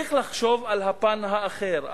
צריך לחשוב על הפן האחר,